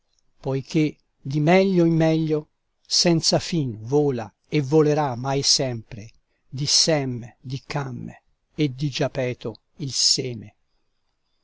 poiché di meglio in meglio senza fin vola e volerà mai sempre di sem di cam e di giapeto il seme